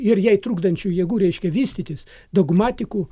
ir jei trukdančių jėgų reiškia vystytis dogmatikų